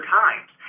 times